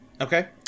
Okay